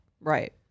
Right